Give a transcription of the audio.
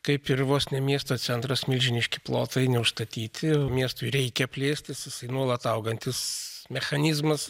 kaip ir vos ne miesto centras milžiniški plotai neužstatyti miestui reikia plėstis jisai nuolat augantis mechanizmas